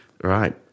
Right